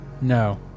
No